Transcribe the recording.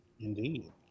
Indeed